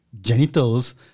genitals